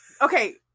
Okay